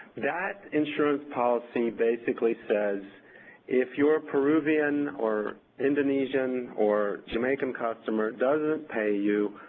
that insurance policy basically says if your peruvian or indonesian or jamaican customer doesn't pay you,